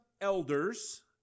elders